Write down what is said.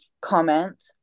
comment